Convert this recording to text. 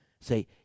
Say